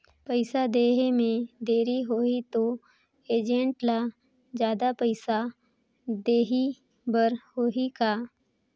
पइसा देहे मे देरी होही तो एजेंट ला जादा पइसा देही बर होही का?